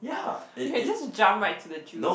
we can just jump right to the juice